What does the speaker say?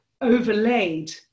overlaid